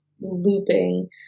looping